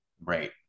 Right